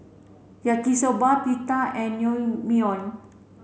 Yaki Soba Pita and Naengmyeon